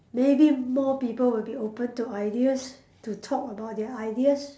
maybe more people be open to ideas to talk about their ideas